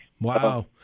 Wow